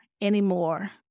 anymore